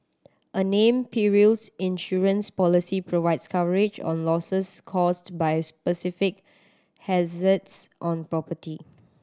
a named perils insurance policy provides coverage on losses caused by specific hazards on property